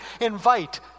invite